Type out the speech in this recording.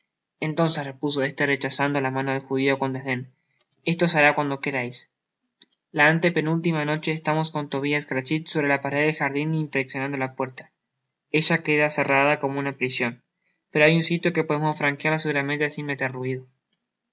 entonces repuso éste rechazando la mano del judio con desden esto se hará cuando querais la ante penúltima noche estábamos con tobias crachit sobre la pared del jardin inspeccionando la puerta ella queda cerrada como una prision pero hay un sitio que podeims franquear seguramente sin meter ruido